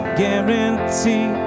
guarantee